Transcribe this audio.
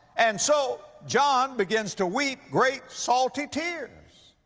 and so john begins to weep great salty tears.